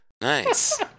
Nice